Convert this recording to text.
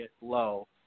low